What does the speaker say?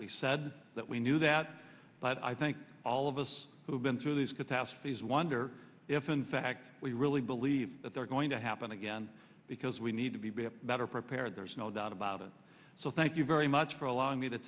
we said that we knew that but i think all of us who've been through these catastrophes wonder if in fact we really believe that they're going to happen again because we need to be better prepared there's no doubt about it so thank you very much for allowing